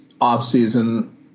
off-season